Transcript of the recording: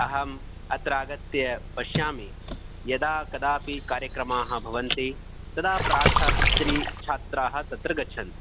अहम् अत्र आगत्य पश्यामि यदा कदापि कार्यक्रमाः भवन्ति तदा प्राक्शास्त्री छात्राः तत्र गच्छन्ति